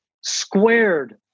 squared